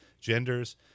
Genders